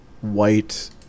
white